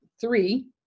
three